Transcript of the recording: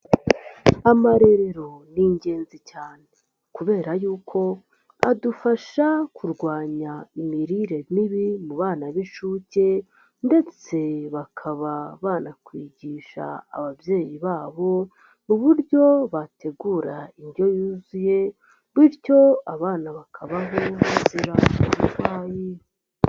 Amarerero ni ingenzi cyane kubera y'uko adufasha kurwanya imirire mibi mu bana b'inshuke ndetse bakaba banakwigisha ababyeyi babo uburyo bategura indyo yuzuye bityo abana bakabaho mu buzima buzira uburwayi.